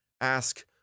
Ask